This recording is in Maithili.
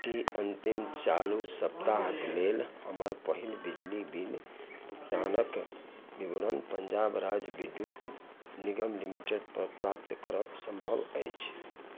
कि अन्तिम चालू सप्ताहके लेल हमर पहिल बिजली बिल भुगतानके विवरण पञ्जाब राज्य विद्युत निगम लिमिटेडपर प्राप्त करब सम्भव अछि